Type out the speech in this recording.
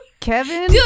Kevin